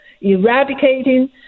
eradicating